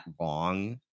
long